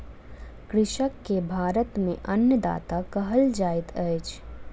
कृषक के भारत में अन्नदाता कहल जाइत अछि